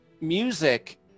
music